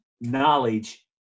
knowledge